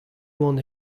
oan